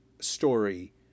story